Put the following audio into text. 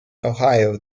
ohio